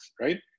right